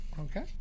okay